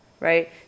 right